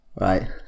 Right